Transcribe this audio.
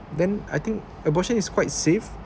then I think abortion is quite safe